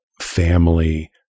family